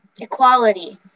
equality